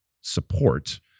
support